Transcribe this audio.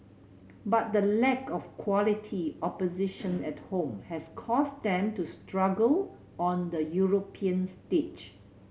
but the lack of quality opposition at home has caused them to struggle on the European stage